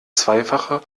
zweifache